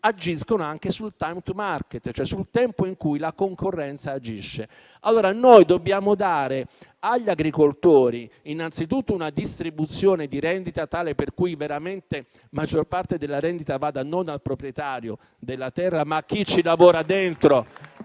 agiscono anche sul *time to market*, cioè sul tempo in cui la concorrenza agisce. Dobbiamo dare agli agricoltori innanzitutto una distribuzione di rendita tale per cui veramente la maggior parte della rendita vada non al proprietario della terra, ma a chi lavora dentro